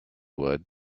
would